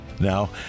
Now